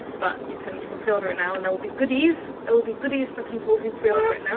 but you can you can pre-order it now and there will be goodies. there will be goodies for people who pre-order it so